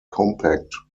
compact